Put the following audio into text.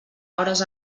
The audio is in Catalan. hores